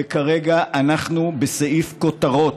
וכרגע אנחנו בסעיף כותרות.